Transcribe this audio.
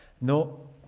no